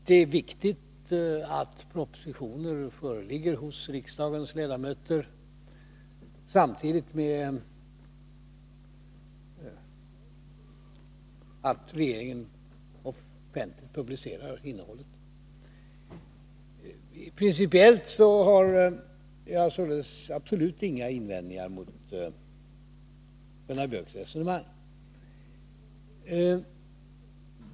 Det är viktigt att propositioner föreligger hos riksdagens ledamöter samtidigt med att regeringen offentligt publicerar propositionernas innehåll. Principiellt har jag således absolut inga invändningar mot Gunnar Biörcks resonemang.